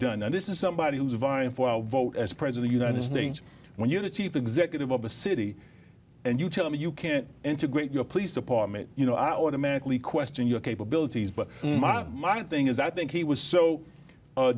done and this is somebody who's vying for our vote as president united states when you're the chief executive of a city and you tell me you can't integrate your police department you know i automatically question your capabilities but my thing is i think he was so